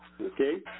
Okay